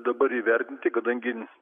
dabar įvertinti kadangi